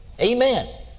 Amen